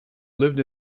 lived